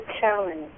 challenge